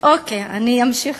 אני אמשיך